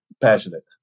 Passionate